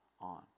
on